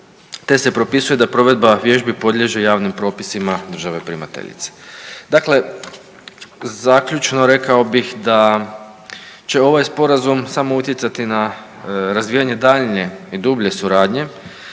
te se propisuje da provedba vježbi podliježe javnim propisima države primateljice. Dakle, zaključno, rekao bih da će ovaj samo utjecati na razvijanje daljnje i dublje suradnje